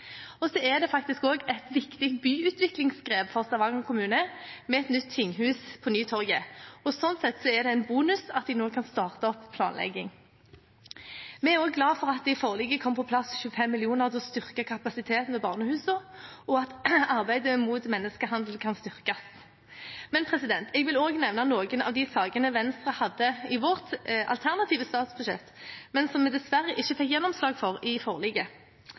Det er faktisk også et viktig byutviklingsgrep for Stavanger kommune med et nytt tinghus på Nytorget, og sånn sett er det en bonus at de nå kan starte opp planlegging. Vi er også glad for at det i forliket er kommet på plass 25 mill. kr til å styrke kapasiteten ved barnehusene, og at arbeidet mot menneskehandel kan styrkes. Men jeg vil også nevne noen av de sakene Venstre hadde i sitt alternative statsbudsjett, men som vi dessverre ikke fikk gjennomslag for i forliket.